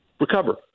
Recover